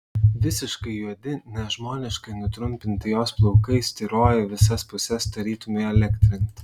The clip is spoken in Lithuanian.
visiškai juodi nežmoniškai nutrumpinti jos plaukai styrojo į visas puses tarytum įelektrinti